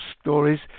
Stories